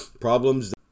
problems